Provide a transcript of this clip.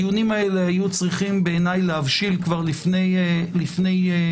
הדיונים האלה היו צריכים בעיניי להבשיל כבר לפני שבועיים.